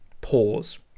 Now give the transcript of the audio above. pause